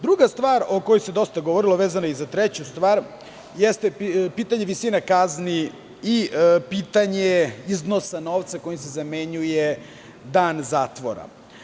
Druga stvar o kojoj se dosta govorilo, a vezana je i za treću stvar, jeste pitanje visine kazni i pitanje iznosa novca kojim se zamenjuje dan zatvora.